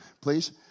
please